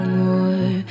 more